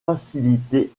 faciliter